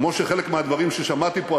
כמו שחלק מהדברים ששמעתי פה,